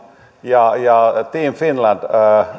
ja ja team finlandin